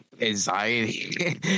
anxiety